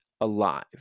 alive